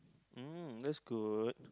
mm that's good